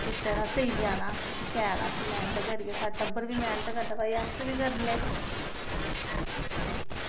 कीते दा सेई जाना शैल अस मैह्नत करियै साढ़ा टब्बर बी मैह्नत करदा भई अस बी करने